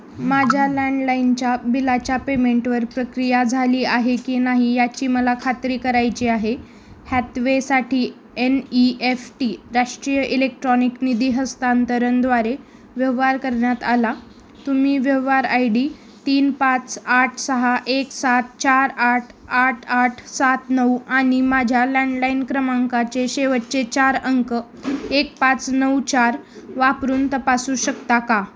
माझ्या लँडलाईनच्या बिलाच्या पेमेंटवर प्रक्रिया झाली आहे की नाही याची मला खात्री करायची आहे हॅथवेसाठी एन ई एफ टी राष्ट्रीय इलेक्ट्रॉनिक निधी हस्तांतरणद्वारे व्यवहार करण्यात आला तुम्ही व्यवहार आय डी तीन पाच आठ सहा एक सात चार आठ आठ आठ सात नऊ आणि माझ्या लँडलाईन क्रमांकाचे शेवटचे चार अंक एक पाच नऊ चार वापरून तपासू शकता का